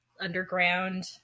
underground